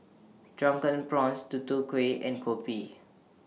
Drunken Prawns Tutu Kueh and Kopi